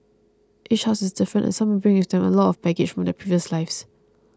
each horse is different and some bring with them a lot of baggage from their previous lives